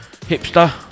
hipster